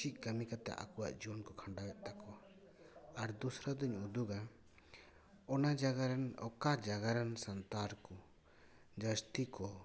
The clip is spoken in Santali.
ᱪᱮᱫ ᱠᱟᱹᱢᱤ ᱠᱟᱛᱮ ᱟᱠᱚᱣᱟᱜ ᱡᱤᱭᱚᱱ ᱠᱚ ᱠᱷᱟᱲᱟᱣᱮᱫ ᱛᱟᱠᱚᱣᱟ ᱟᱨ ᱫᱚᱥᱨᱟ ᱫᱚᱹᱧ ᱩᱫᱩᱜᱟ ᱚᱱᱟ ᱡᱟᱭᱜᱟ ᱨᱮᱱ ᱚᱠᱟ ᱡᱟᱭᱜᱟ ᱨᱮᱱ ᱥᱟᱱᱛᱟᱲ ᱠᱚ ᱡᱟᱹᱥᱛᱤ ᱠᱚ